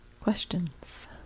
questions